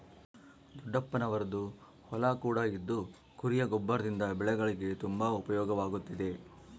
ದೊಡ್ಡಪ್ಪನವರದ್ದು ಹೊಲ ಕೂಡ ಇದ್ದು ಕುರಿಯ ಗೊಬ್ಬರದಿಂದ ಬೆಳೆಗಳಿಗೆ ತುಂಬಾ ಉಪಯೋಗವಾಗುತ್ತಿದೆ